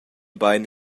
bein